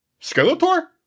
Skeletor